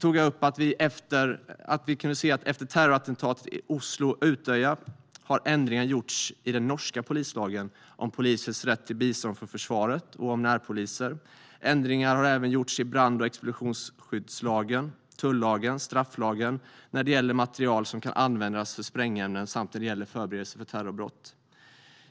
tar jag upp att efter terrorattentaten i Oslo och på Utøya har ändringar gjorts i den norska polislagen om polisens rätt till bistånd från försvaret och om närpoliser. Ändringar har även gjorts i brand och explosionsskyddslagen, tullagen och strafflagen när det gäller material som kan användas för sprängämnen samt när det gäller förberedelse till terrorbrott.